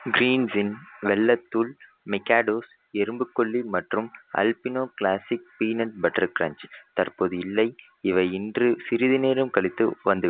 Green's இன் வெல்லத் தூள் மிக்காடோஸ் எறும்புக் கொல்லி மற்றும் Albino classic peanut butter crunch தற்போது இல்லை இவை இன்று சிறிது நேரம் கழித்து வந்துவிடும்